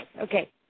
okay